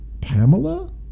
Pamela